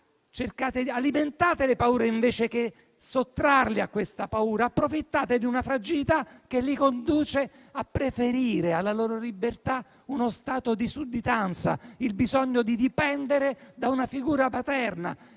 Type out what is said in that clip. alimentate le paure, invece che sottrarli ad esse. Approfittate di una fragilità che li conduce a preferire alla loro libertà uno stato di sudditanza e il bisogno di dipendere da una figura paterna,